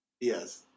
Yes